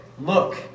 look